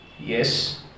yes